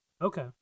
Okay